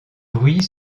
bruit